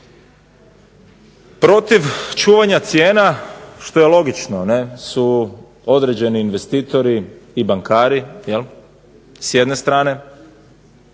Protiv čuvanja cijena što je logično ne, su određeni investitori i bankari s jedne strane,